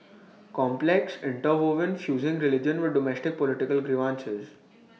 complex interwoven fusing religion with domestic political grievances